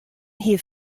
hie